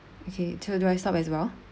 okay to do I stop as well